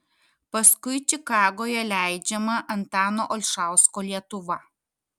paskui čikagoje leidžiama antano olšausko lietuva